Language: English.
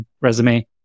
resume